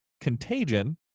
Contagion